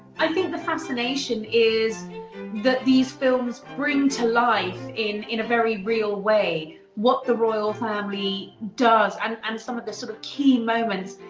i think the fascination is that these films bring to life in in a very real way, what the royal family does, um and some of the sort of, key moments,